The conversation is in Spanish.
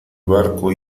barco